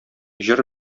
җыр